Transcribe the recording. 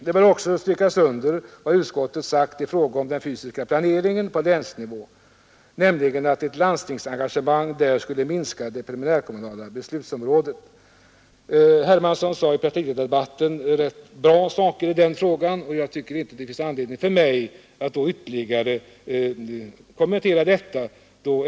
Det bör också strykas under vad utskottet sagt i fråga om den fysiska planeringen på länsnivå, nämligen att ett landstingsengagemang där skulle minska det primärkommunala beslutsområdet. Herr Hermansson sade i partiledardebatten rätt bra saker i det avseendet, och jag tycker inte att det finns anledning för mig att ytterligare kommentera detta.